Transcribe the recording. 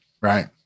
Right